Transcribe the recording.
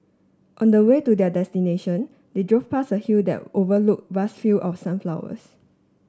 on the way to their destination they drove past a hill that overlook vast field of sunflowers